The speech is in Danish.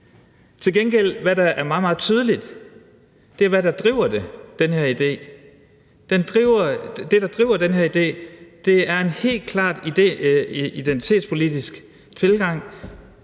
til gengæld er meget, meget tydeligt, er, hvad der driver den her idé. Det, der driver den her idé, er en helt klar identitetspolitisk tilgang,